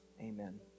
Amen